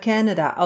Canada